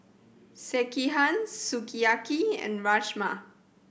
Sekihan Sukiyaki and Rajma